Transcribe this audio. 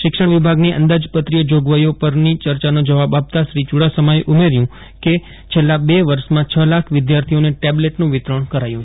શિક્ષજ્ઞ વિભાગની અંદાજપત્રીય જોગવાઈઓ પરની ચર્ચાનો જવાબ આપતા શ્રી ચુડાસમાએ ઉમેર્યુ હતું કે છેલ્લા બે વર્ષમાં હ લાખ વિદ્યાર્થીઓને ટેબલેટનું વિતરણ કરાયું છે